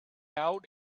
out